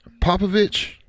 Popovich